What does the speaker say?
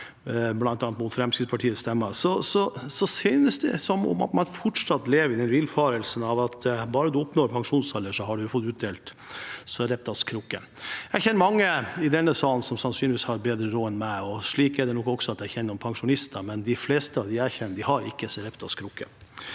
bl.a. mot Fremskrittspartiets stemmer. Det synes som om man fortsatt lever i villfarelsen om at bare man oppnår pensjonsalder, så har man fått utdelt en Sareptas krukke. Jeg kjenner mange i denne salen som sannsynligvis har bedre råd enn meg, og slik er det nok også for noen pensjonister jeg kjenner, men de fleste av dem jeg kjenner, har ikke en Sareptas krukke.